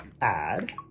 Add